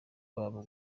babo